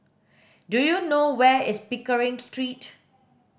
do you know where is Pickering Street